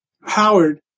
Howard